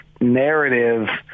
narrative